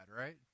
Right